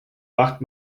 wacht